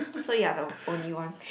so you are the only one